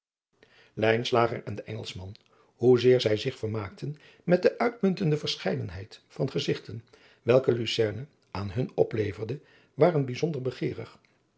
en de engelschman hoe zeer zij zich vermaakten met de uitmuntende verscheidenheid van gezigten welke lucerne aan hun opleverde waren bijzonder begeerig